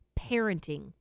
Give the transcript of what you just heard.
parenting